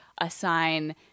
assign